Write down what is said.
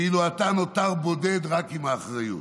ואילו אתה נותר בודד רק עם האחריות.